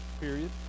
Period